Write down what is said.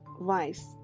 vice